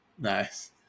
Nice